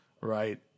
Right